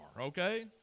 okay